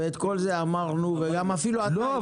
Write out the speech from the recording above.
ואת כל זה אמרנו ואפילו --- לא,